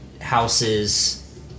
houses